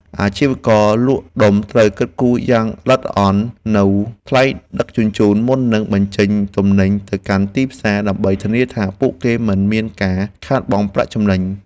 អាជីវករលក់ដុំត្រូវគិតគូរយ៉ាងល្អិតល្អន់នូវថ្លៃដឹកជញ្ជូនមុននឹងបញ្ចេញទំនិញទៅកាន់ទីផ្សារ ដើម្បីធានាថាពួកគេមិនមានការខាតបង់ប្រាក់ចំណេញ។